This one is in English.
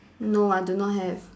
no I do not have